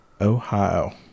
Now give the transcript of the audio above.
Ohio